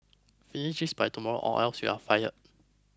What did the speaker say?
finish this by tomorrow or else you'll fired